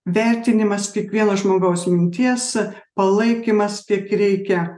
vertinimas kiekvieno vieno žmogaus minties palaikymas kiek reikia